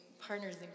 partners